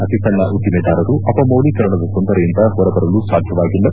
ಅತಿಸಣ್ಣ ಉದ್ದಿಮೆದಾರರು ಅಪಮೌಲೀಕರಣದ ತೊಂದರೆಯಿಂದ ಹೊರಬರಲು ಸಾಧ್ಯವಾಗಿಲ್ಲ